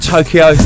Tokyo